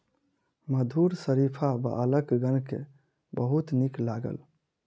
मधुर शरीफा बालकगण के बहुत नीक लागल